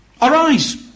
Arise